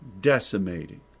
decimating